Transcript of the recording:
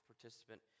participant